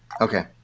okay